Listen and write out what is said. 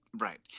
Right